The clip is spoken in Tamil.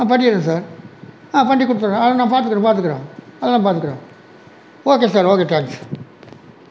பண்ணிவிடுறோம் சார் பண்ணி கொடுத்துறோம் அதை நாங்கள் பார்த்துக்கிறோம் பார்த்துக்கிறோம் அதெலாம் பார்த்துக்கிறோம் ஓகே சார் ஓகே தேங்க்ஸ்